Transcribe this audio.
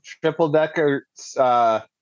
triple-decker